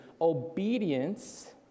Obedience